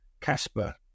Casper